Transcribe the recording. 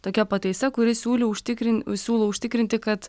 tokia pataisa kuri siūlė užtikrint siūlo užtikrinti kad